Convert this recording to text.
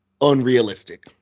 unrealistic